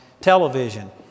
television